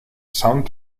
sound